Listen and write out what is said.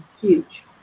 Huge